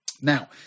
now